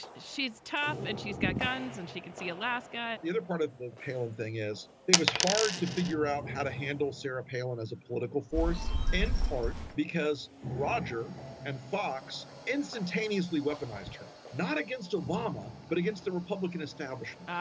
she's tough and she's got guns and she can see alaska the other part of the pilled thing is it was hard to figure out how to handle sarah palin as a political force, in part because roger and fox instantaneously weaponized her, not against obama, but against the republican establishment